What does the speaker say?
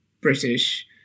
British